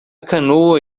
canoa